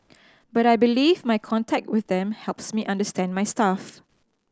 but I believe my contact with them helps me understand my staff